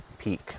Peak